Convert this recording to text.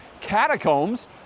Catacombs